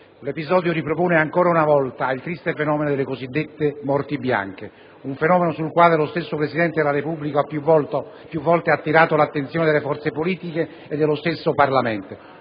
L'episodio ripropone ancora una volta il triste fenomeno delle cosiddette morti bianche, sul quale lo stesso Presidente della Repubblica ha più volte attirato l'attenzione delle forze politiche e del Parlamento.